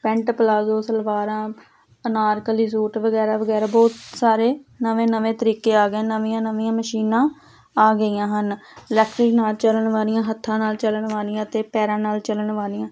pant palazzo ਸਲਵਾਰਾਂ anarkali suit ਵਗੈਰਾ ਵਗੈਰਾ ਬਹੁਤ ਸਾਰੇ ਨਵੇਂ ਨਵੇਂ ਤਰੀਕੇ ਆ ਗਏ ਨਵੀਆਂ ਨਵੀਆਂ ਮਸ਼ੀਨਾਂ ਆ ਗਈਆਂ ਹਨ ਇਲੈਕਟ੍ਰਿਕ ਨਾਲ ਚੱਲਣ ਵਾਲੀਆਂ ਹੱਥਾਂ ਨਾਲ ਚੱਲਣ ਵਾਲੀਆਂ ਅਤੇ ਪੈਰਾਂ ਨਾਲ ਚੱਲਣ ਵਾਲੀਆਂ